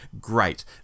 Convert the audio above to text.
great